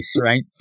right